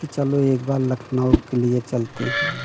कि चलो एक बार लखनऊ के लिए चलते हैं